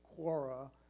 quora